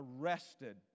arrested